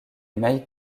mike